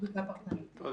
רק